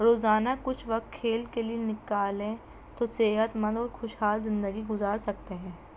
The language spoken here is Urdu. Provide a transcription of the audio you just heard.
روزانہ کچھ وقت کھیل کے لیے نکالیں تو صحت مند اور خوشحال زندگی گزار سکتے ہیں